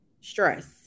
stress